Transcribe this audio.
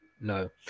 No